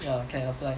ya can apply